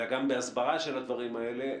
אלא גם בהסברה של הדברים האלה,